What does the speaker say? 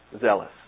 zealous